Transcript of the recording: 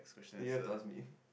you have to ask me